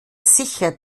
sicher